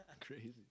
Crazy